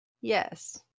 Yes